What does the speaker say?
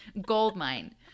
goldmine